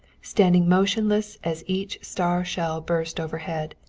standing motionless as each star shell burst overhead,